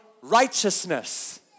righteousness